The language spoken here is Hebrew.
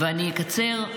אני אקצר,